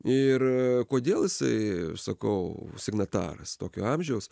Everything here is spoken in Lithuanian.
ir kodėl jisai aš sakau signataras tokio amžiaus